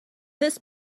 this